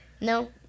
No